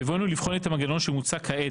בבואנו לבחון את המנגנון שמוצע כעת